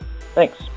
Thanks